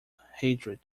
hatred